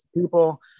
people